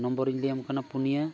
ᱱᱚᱢᱵᱚᱨᱤᱧ ᱞᱟᱹᱭᱟᱢ ᱠᱟᱱᱟ ᱯᱩᱱᱭᱟᱹ